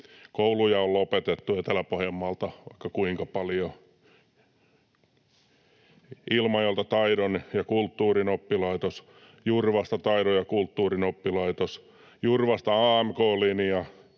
Kouluja on lopetettu Etelä-Pohjanmaalta vaikka kuinka paljon. Ilmajoelta Taidon ja kulttuurin oppilaitos, Jurvasta Taidon ja kulttuurin oppilaitos, Jurvasta AMK-linja,